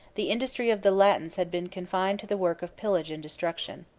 the industry of the latins had been confined to the work of pillage and destruction.